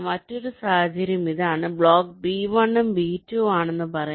മറ്റൊരു സാഹചര്യം ഇതാണ് ബ്ലോക്ക് B1 ഉം B2 ഉം ആണെന്ന് പറയാം